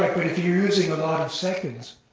using a lot of seconds,